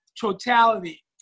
totality